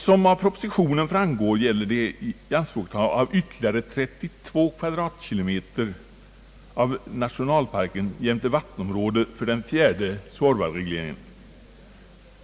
Som av propositionen framgår gäller det här ianspråktagande av ytterligare totalt cirka 32 kvadratkilometer jämte vattenområde för den fjärde Suorvaregleringen.